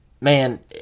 man